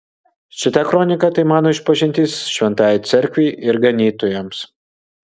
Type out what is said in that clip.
šita kronika tai mano išpažintis šventajai cerkvei ir ganytojams